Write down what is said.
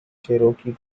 cherokee